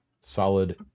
solid